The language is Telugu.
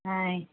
ఆయ్